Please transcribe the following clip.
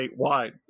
statewide